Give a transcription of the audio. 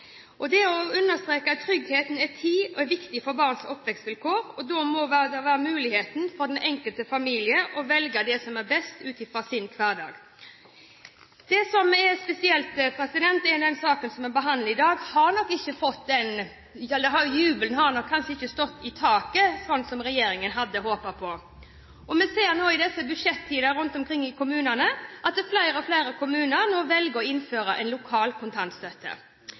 Jeg vil få understreke at trygghet og tid er viktig for barns oppvekstvilkår, og da må det være mulig for den enkelte familie å velge det som er best ut fra sin hverdag. Det som er spesielt ved den saken som vi behandler i dag, er at jubelen nok ikke har stått i taket, som regjeringen hadde håpet på. Vi ser nå i disse budsjettider rundt omkring i kommunene at flere og flere kommuner nå velger å innføre en lokal kontantstøtte.